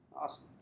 Awesome